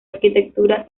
arquitectura